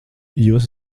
jūs